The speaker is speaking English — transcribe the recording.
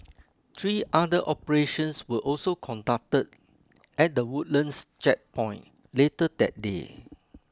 three other operations were also conducted at the Woodlands Checkpoint later that day